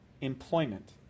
employment